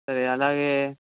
సరే అలాగే